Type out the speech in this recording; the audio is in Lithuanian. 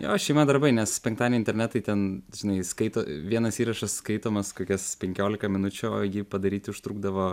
jo šeima darbai nes penktadienį internetai ten žinai skaito vienas įrašas skaitomas kokias penkiolika minučių o jį padaryt užtrukdavo